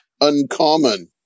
Uncommon